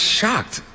shocked